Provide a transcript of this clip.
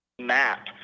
map